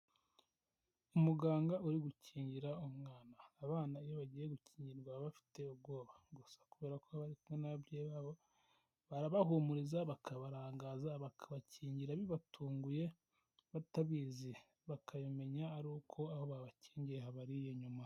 Umuganga uri gukingira umwana, abana iyo bagiye gukingirwa baba bafite ubwoba gusa kubera ko bari kumwe n'ababyeyi babo, barabahumuriza bakabarangaza bakabakingira bibatunguye batabizi, bakabimenya ari uko aho babakingiye habariye nyuma.